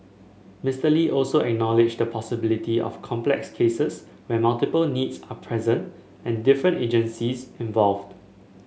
Mister Lee also acknowledged the possibility of complex cases where multiple needs are present and different agencies involved